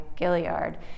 Gilliard